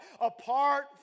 apart